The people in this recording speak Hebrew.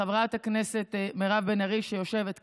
חברת הכנסת מירב בן ארי, שיושבת כאן,